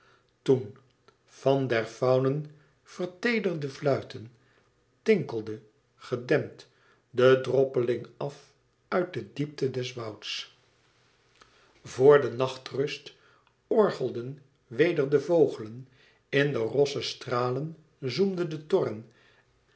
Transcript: toen van der faunen verteederde fluiten tinkelde gedempt de droppeling af uit de diepte des wouds vor de nachtrust orgelden weder de vogelen in de rosse stralen zoemden de torren